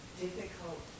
difficult